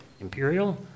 imperial